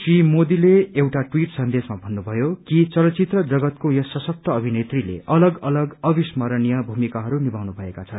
श्री मोदीले एउटा अवीट सन्देशमा भन्नुभयो कि फिलम जगतको यस सशक्त अभिनेत्रीले अलग अलग अविस्मरणीय भूमिकाहरू निभाउनु भएका छन्